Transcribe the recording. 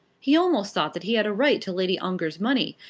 he almost thought that he had a right to lady ongar's money,